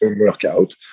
workout